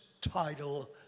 title